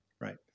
right